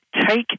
take